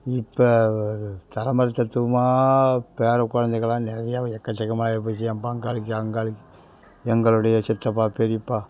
இப்போ தலைமுறை பேரக் குழந்தைகள்லாம் நிறைய எக்கச்சக்கமா ஆகிப்போச்சு என் பங்காளிக்கு அங்காளிக்கு எங்களுடைய சித்தப்பா பெரியப்பா